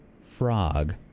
frog